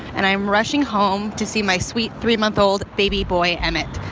and i am rushing home to see my sweet three month old baby boy, emmitt.